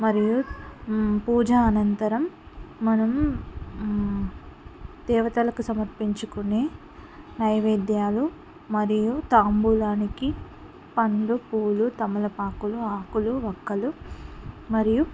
మరియు పూజ అనంతరం మనం దేవతలకు సమర్పించుకునే నైవేద్యాలు మరియు తాంబూలానికి పండ్లు పూలు తమలపాకులు ఆకులు వక్కలు మరియు